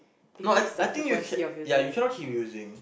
no I I think you can yeah you cannot keep using